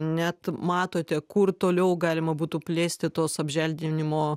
net matote kur toliau galima būtų plėsti tuos apželdinimo